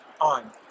on